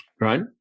Right